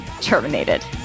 Terminated